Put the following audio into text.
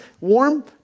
warm